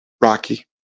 Rocky